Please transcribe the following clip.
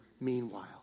Meanwhile